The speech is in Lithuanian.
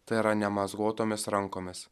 tai yra nemazgotomis rankomis